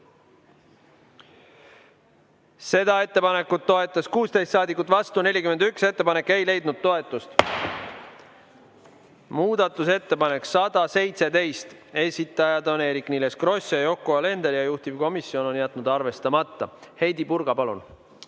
Seda ettepanekut toetas 16 saadikut, vastu on 41. Ettepanek ei leidnud toetust. Muudatusettepanek nr 117, esitajad on Eerik-Niiles Kross ja Yoko Alender, juhtivkomisjon on jätnud arvestamata. Heidy Purga, palun!